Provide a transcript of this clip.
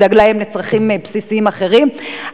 מי ידאג להם לצרכים בסיסיים אחרים.